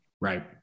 Right